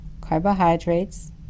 carbohydrates